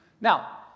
Now